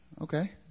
Okay